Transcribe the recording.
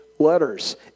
letters